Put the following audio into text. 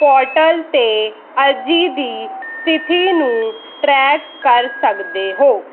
portal 'ਤੇ ਅਰਜ਼ੀ ਦੀ ਸਥਿਤੀ ਨੂੰ ਟਰੈਕ ਕਰ ਸਕਦੇ ਹੋ